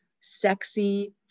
sexy